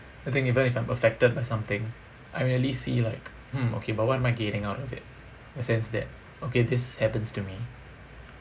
I think even if I'm affected by something I really see like mm okay but what am I gaining out of it in a sense that okay this happens to me